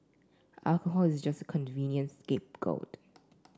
alcohol is just a convenient scapegoat